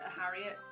Harriet